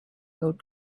out